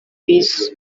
bisi